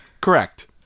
Correct